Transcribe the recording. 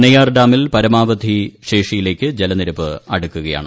നെയ്യാർ ഡാമിൽ പരമാവധി ശേഷിയിലേക്ക് ജലനിരപ്പ് അടൂക്കുകയാണ്